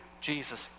Jesus